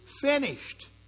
finished